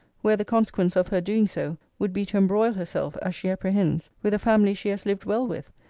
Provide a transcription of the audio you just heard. where the consequence of her doing so would be to embroil herself, as she apprehends, with a family she has lived well with,